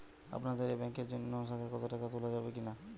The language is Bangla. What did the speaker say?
আপনাদের এই ব্যাংকের অন্য শাখা থেকে টাকা তোলা যাবে কি না?